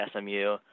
SMU